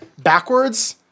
backwards